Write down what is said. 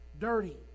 dirty